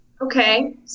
okay